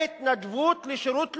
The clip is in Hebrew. להתנדבות לשירות לאומי,